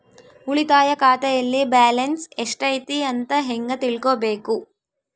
ಉಳಿತಾಯ ಖಾತೆಯಲ್ಲಿ ಬ್ಯಾಲೆನ್ಸ್ ಎಷ್ಟೈತಿ ಅಂತ ಹೆಂಗ ತಿಳ್ಕೊಬೇಕು?